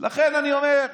לכן אני אומר: